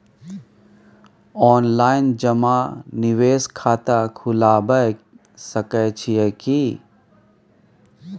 Online जमा निवेश खाता खुलाबय सकै छियै की?